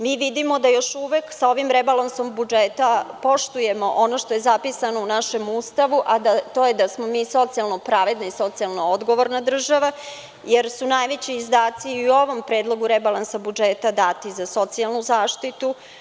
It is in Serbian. Mi vidimo da još uvek sa osim rebalansom budžeta poštujemo ono što je zapisano u našem ustavu, a to je da smo mi socijalno pravedna i socijalno odgovorna država jer su najveći izdaci i u ovom predlogu rebalansa budžeta dati za socijalnu zaštitu.